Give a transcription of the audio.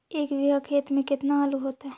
एक बिघा खेत में केतना आलू होतई?